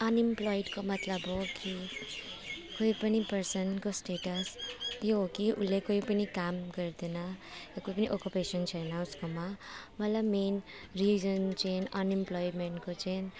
अनइमप्लोइडको मतलब हो कि कोही पनि पर्सनको स्टेटस यो हो कि उसले कोही पनि काम गर्दैन र केही पनि अकुपेसन छैन उसकोमा मतलब मेन रिजन चाहिँ अनइमप्लोइमेन्टको चाहिँ